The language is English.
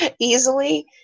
easily